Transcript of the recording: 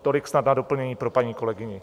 Tolik snad na doplnění pro paní kolegyni.